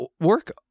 work